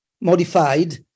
modified